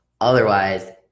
otherwise